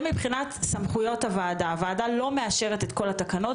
כך שהוועדה לא מאשרת את כל התקנות,